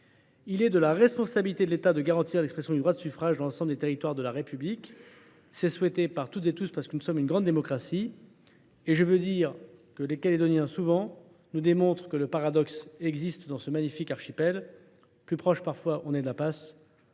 Il est de la responsabilité de l’État de garantir l’expression du droit de suffrage sur l’ensemble des territoires de la République. Nous le souhaitons toutes et tous, parce que nous sommes une grande démocratie. Les Calédoniens, souvent, nous démontrent que ce paradoxe existe dans ce magnifique archipel : parfois, plus on est